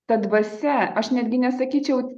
ta dvasia aš netgi nesakyčiau